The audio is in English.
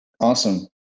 Awesome